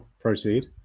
Proceed